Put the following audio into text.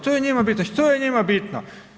To je njima bitno, što je njima bitno?